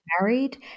married